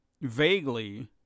vaguely